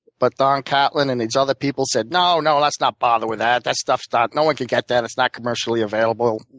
but don catlin and these other people said no, no, let's not bother with that. that stuff's not no one can get that. it's not commercially available.